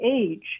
age